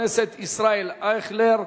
והצליחו.